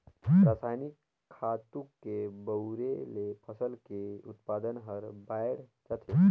रसायनिक खातू के बउरे ले फसल के उत्पादन हर बायड़ जाथे